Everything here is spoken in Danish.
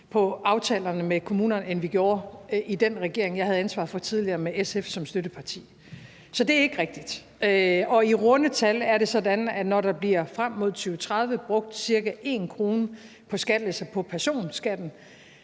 på aftalerne med kommunerne, end vi gjorde i den regering, jeg havde ansvaret for tidligere, med SF som støtteparti. Så det er ikke rigtigt. I runde tal er det sådan, at når der frem mod 2030 bliver brugt ca. 1 kr. på skattelettelser inden